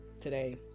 today